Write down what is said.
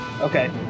Okay